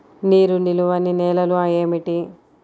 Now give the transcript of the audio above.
నీరు నిలువని నేలలు ఏమిటి?